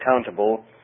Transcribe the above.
accountable